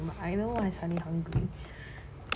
I know why I suddenly hungry